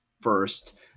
first